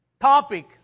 topic